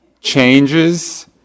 Changes